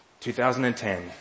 2010